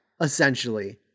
essentially